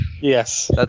Yes